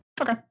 Okay